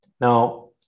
Now